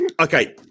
Okay